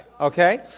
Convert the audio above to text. Okay